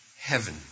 heaven